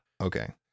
Okay